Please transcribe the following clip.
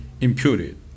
imputed